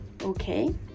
okay